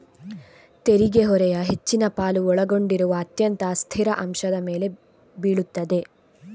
ತೆರಿಗೆ ಹೊರೆಯ ಹೆಚ್ಚಿನ ಪಾಲು ಒಳಗೊಂಡಿರುವ ಅತ್ಯಂತ ಅಸ್ಥಿರ ಅಂಶದ ಮೇಲೆ ಬೀಳುತ್ತದೆ